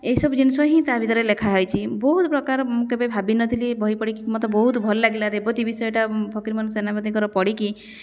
ଏସବୁ ଜିନିଷ ହିଁ ତାଭିତରେ ଲେଖା ହେଇଛି ବହୁତପ୍ରକାର ମୁଁ କେବେ ଭାବିନଥିଲି ବହି ପଢ଼ିକି ମୋତେ ବହୁତ ଭଲ ଲାଗିଲା ରେବତୀ ବିଷୟଟା ଫକୀର ମୋହନ ସେନାପତିଙ୍କର ପଢ଼ିକି